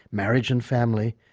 marriage and family,